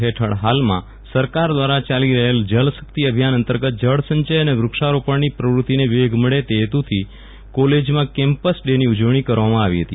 હેઠળ ફાલમાં સરકાર દ્વારા ચાલી રહેલ જલ શક્તિ અભિયાન અંતર્ગત જળસંચય અને વૃક્ષારોપણની પ્રવૃતિને વેગ મળે તે હેતુથી કોલેજમાં કેમ્પસ ડેની ઉજવણી કરવામાં આવી હતી